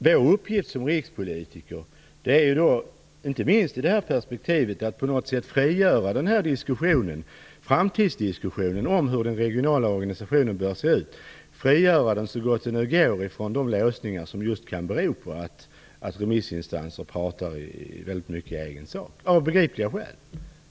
Vår uppgift som rikspolitiker är då, inte minst från detta perspektiv, att så gott det går frigöra framtidsdiskussionen om hur den regionala organisationen bör se ut från de låsningar som just kan bero på att remissinstanser av begripliga skäl talar väldigt mycket i egen sak.